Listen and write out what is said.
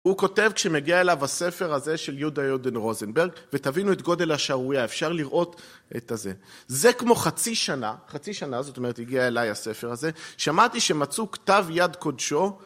הוא כותב כשמגיע אליו הספר הזה של יהודה יודן רוזנברג ותבינו את גודל השערוריה, אפשר לראות את הזה. זה כמו חצי שנה, חצי שנה זאת אומרת הגיע אליי הספר הזה, שמעתי שמצאו כתב יד קודשו.